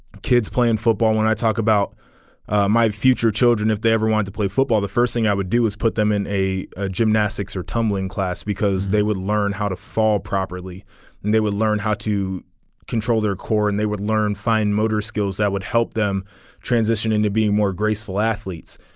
kids playing football when i talk about my future children if they ever want to play football the first thing i would do is put them in a ah gymnastics or tumbling class because they would learn how to fall properly and they would learn how to control their core and they would learn fine motor skills that would help them transition into being more graceful athletes.